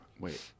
Wait